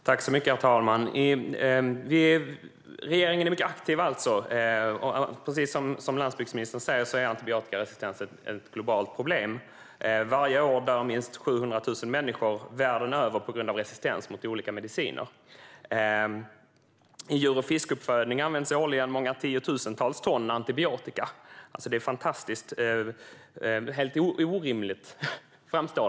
Herr talman! Regeringen är alltså mycket aktiv. Precis som landsbygdsministern säger är antibiotikaresistensen ett globalt problem. Varje år dör minst 700 000 människor världen över på grund av resistens mot olika mediciner. I djur och fiskeuppfödningar används årligen många tiotusentals ton antibiotika. Det framstår som helt orimligt.